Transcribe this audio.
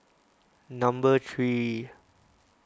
number three